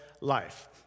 life